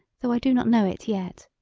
though i do not know it yet.